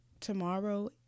tomorrow